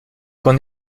qu’en